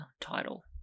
title